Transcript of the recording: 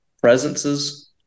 presences